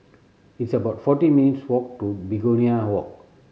it's about forty minutes' walk to Begonia Walk